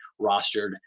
rostered